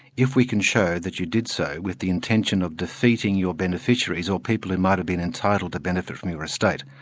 if we can show that you did so with the intention of defeating your beneficiaries, or people who might have been entitled to benefit from your estate.